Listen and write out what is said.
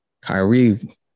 Kyrie